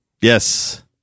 yes